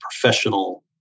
professional